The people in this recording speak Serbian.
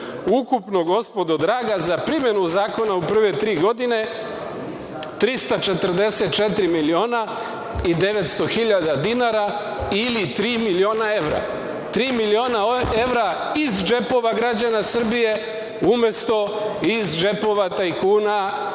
Ukupno, gospodo draga, za primenu zakona u prve tri godine, 344 miliona i 900 hiljada dinara, ili tri miliona evra. Tri miliona evra iz džepova građana Srbije umesto iz čepova tajkuna,